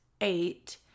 eight